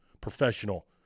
Professional